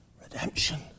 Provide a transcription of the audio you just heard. redemption